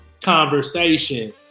conversation